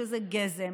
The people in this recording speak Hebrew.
שזה גזם,